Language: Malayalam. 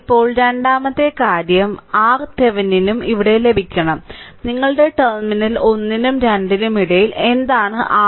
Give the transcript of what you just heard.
ഇപ്പോൾ രണ്ടാമത്തെ കാര്യം ഇപ്പോൾ RThevenin ഉം ഇവിടെ ലഭിക്കണം നിങ്ങളുടെ ടെർമിനൽ 1 നും 2 നും ഇടയിൽ എന്താണ് RThevenin